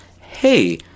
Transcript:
hey